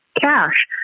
cash